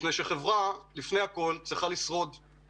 חברה צריכה לשרוד לפני הכול,